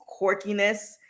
quirkiness